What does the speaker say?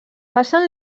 passen